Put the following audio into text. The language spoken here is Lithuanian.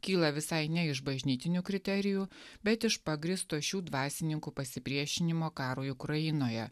kyla visai ne iš bažnytinių kriterijų bet iš pagrįsto šių dvasininkų pasipriešinimo karui ukrainoje